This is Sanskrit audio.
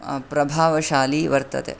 प्रभावशाली वर्तते